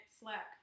slack